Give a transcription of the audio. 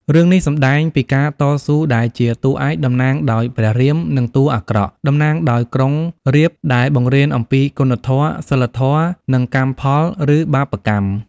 រឿងនេះសម្ដែងពីការតស៊ូរដែលជាតួរឯក តំណាងដោយព្រះរាម និងតួរអាក្រក់ តំណាងដោយក្រុងរាពណ៍ដែលបង្រៀនអំពីគុណធម៌ សីលធម៌ និងកម្មផល ឬបាបកម្ម ។